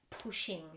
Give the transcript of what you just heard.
pushing